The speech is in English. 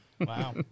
Wow